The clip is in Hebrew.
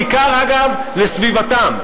בעיקר אגב לסביבתם,